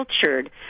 cultured